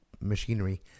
machinery